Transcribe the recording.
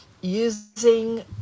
using